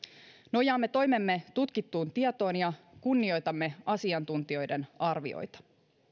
nojaamme toimemme tutkittuun tietoon ja kunnioitamme asiantuntijoiden arvioita